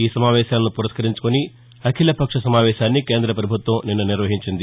ఈ సమావేశాలను పురస్కరించుకుని అఖిల పక్ష సమావేశాన్ని కేంద్ర పభుత్వం నిన్న నిర్వహించింది